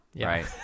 right